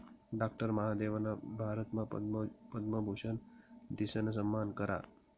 doctor महादेवना भारतमा पद्मभूषन दिसन सम्मान करा